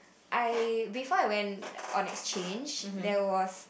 I before I went on exchange there was